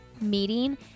meeting